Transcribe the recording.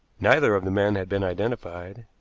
neither of the men had been identified.